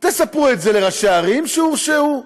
תספרו את זה לראשי ערים שהורשעו,